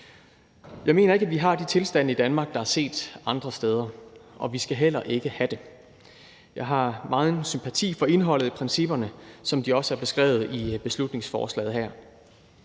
Jeg mener ikke, at vi har de tilstande i Danmark, der er set andre steder, og vi skal heller ikke have det. Jeg har megen sympati for indholdet i principperne, som de også er beskrevet i beslutningsforslaget her.